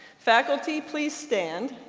faculty, please stand